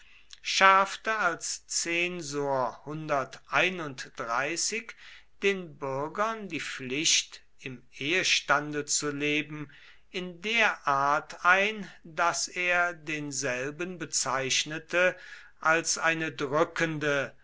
schärfte als zensor den bürgern die pflicht im ehestande zu leben in der art ein daß er denselben bezeichnete als eine drückende